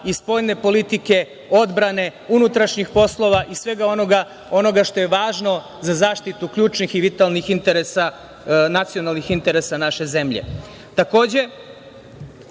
i spoljne politike, odbrane, unutrašnjih poslova i svega onoga što je važno za zaštitu ključnih i vitalnih nacionalnih interesa naše zemlje. Takođe,